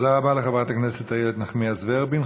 תודה רבה לחברת הכנסת איילת נחמיאס ורבין.